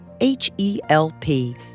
H-E-L-P